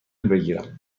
بگیرم